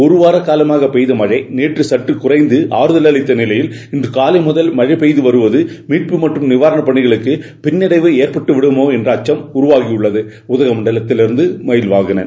ஒரு வார காலமாக பெய்து வந்த மழை நேற்று சற்று குறைந்து ஆறுகல் அளித்த நிலையில் இன்று காலைமுதல் மழை பெய்துவருவது மீட்பு மற்றம் நிவாரணப் பணிகளுக்கு பின்னடைவு எற்படுத்தி விடுமோ என்ற அச்சம் ஏற்பட்டுள்ளது உதகமண்டலத்திலிருந்து மயில்வாகனன்